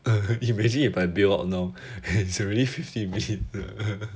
you imagine if I bail out now it's already fifty minutes